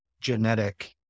genetic